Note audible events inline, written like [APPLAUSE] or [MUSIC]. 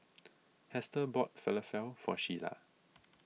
[NOISE] Hester bought Falafel for Shiela